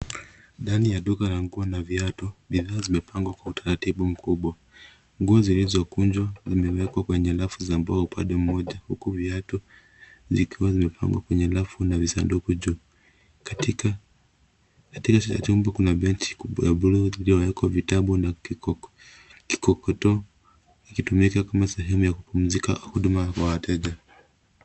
Ndani ya duka la nguo na viatu, bidhaa zimepangwa kwa utaratibu mkubwa. Nguo zilizokunjwa, zimewekwa kwenye rafu za mbao upande mmoja, huku viatu, zikiwa zimepangwa kwenye rafu na visanduku juu. Katika kila chumba kuna benchi kubwa ya bluu iliyowekwa vitabu na kikokotoo, ikitumika kama sehemu ya kupumzika au huduma kwa wateja.